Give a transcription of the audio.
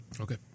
Okay